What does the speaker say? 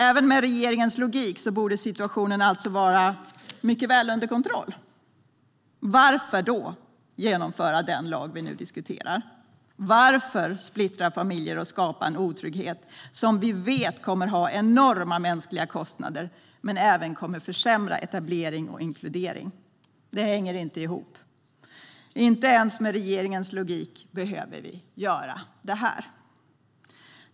Även med regeringens logik borde situationen alltså vara mycket väl under kontroll. Varför ska då den lag vi nu diskuterar antas? Varför ska vi splittra familjer och skapa en otrygghet som vi vet kommer att få enorma mänskliga kostnader, men som även kommer att försämra för etablering och inkludering? Det hänger inte ihop. Inte ens med regeringens logik behöver vi göra detta.